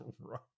right